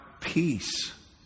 peace